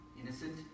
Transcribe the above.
innocent